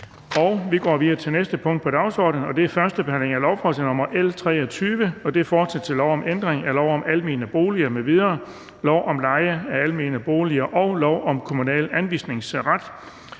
--- Det næste punkt på dagsordenen er: 12) 1. behandling af lovforslag nr. L 23: Forslag til lov om ændring af lov om almene boliger m.v., lov om leje af almene boliger og lov om kommunal anvisningsret.